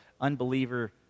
unbeliever